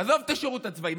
עזוב את השירות הצבאי.